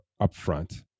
upfront